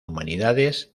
humanidades